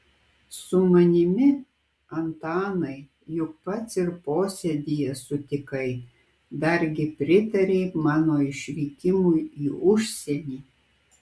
su manimi antanai juk pats ir posėdyje sutikai dargi pritarei mano išvykimui į užsienį